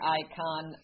icon